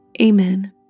Amen